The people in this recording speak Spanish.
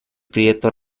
prieto